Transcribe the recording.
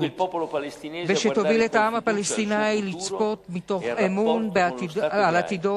ואשר תוביל את העם הפלסטיני לצפות מתוך אמון על עתידו